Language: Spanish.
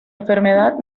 enfermedad